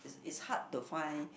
is hard to find